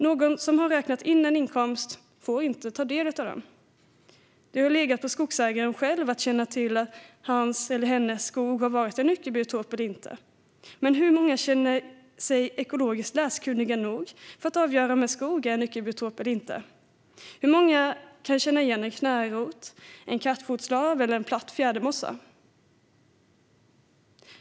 Någon som har räknat in en inkomst får inte ta del av denna. Det har legat på skogsägaren själv att känna till om hans eller hennes skog har varit en nyckelbiotop eller inte. Men hur många känner sig ekologiskt läskunniga nog för att avgöra om en skog är en nyckelbiotop eller inte? Hur många kan känna igen en knärot, en kattfotslav eller en platt fjädermossa?